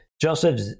Joseph